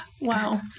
Wow